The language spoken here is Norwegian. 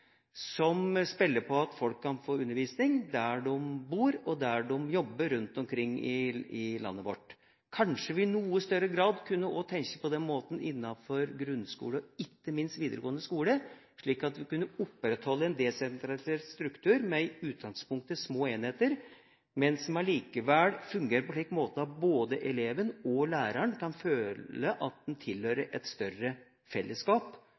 som spiller på at folk kan få undervisning der de bor, og der de jobber rundt omkring i landet vårt. Kanskje vi i noe større grad kunne tenke på den måten også innenfor grunnskolen, og ikke minst videregående skole, slik at vi kunne opprettholde en desentralisert struktur med i utgangspunktet små enheter, men som allikevel fungerer på en slik måte at både eleven og læreren kan føle at en tilhører et større fellesskap,